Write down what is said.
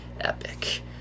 epic